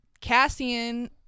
Cassian